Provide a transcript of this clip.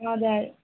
हजुर